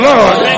Lord